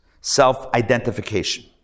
Self-identification